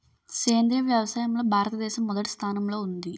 సేంద్రీయ వ్యవసాయంలో భారతదేశం మొదటి స్థానంలో ఉంది